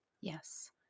Yes